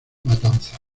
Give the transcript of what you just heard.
matanzas